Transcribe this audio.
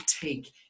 take